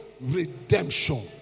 redemption